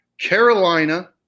Carolina